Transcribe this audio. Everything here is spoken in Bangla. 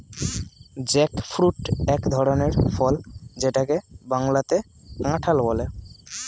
জ্যাকফ্রুট এক ধরনের ফল যেটাকে বাংলাতে কাঁঠাল বলে